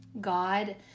God